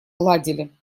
ладили